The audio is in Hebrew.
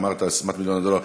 אמרת: ססמת מיליון הדולר,